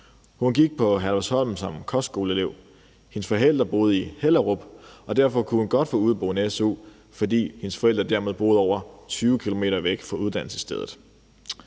Hun gik på Herlufsholm som kostskoleelev. Hendes forældre boede i Hellerup, og hun kunne godt få udeboende su, fordi hendes forældre dermed boede over 20 km væk fra uddannelsesstedet.